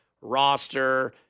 roster